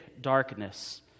darkness